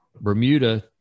Bermuda